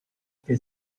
que